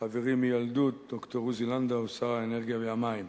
חברי מילדות, ד"ר עוזי לנדאו, שר האנרגיה והמים.